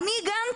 על מי הגנתם?